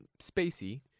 spacey